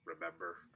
remember